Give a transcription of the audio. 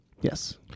Yes